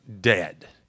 dead